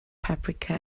paprika